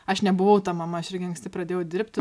aš nebuvau ta mama aš irgi anksti pradėjau dirbti